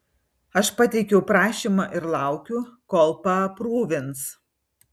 aš pateikiau prašymą ir laukiu kol paaprūvins